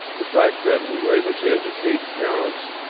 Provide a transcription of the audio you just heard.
the fact that we were able to educate parents,